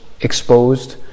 exposed